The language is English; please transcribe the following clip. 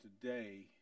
today